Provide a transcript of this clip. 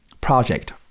project